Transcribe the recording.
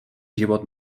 život